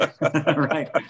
Right